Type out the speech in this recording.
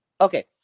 okay